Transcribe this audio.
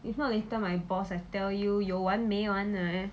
if not later my boss I tell you 有完没完 ah eh